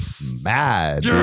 mad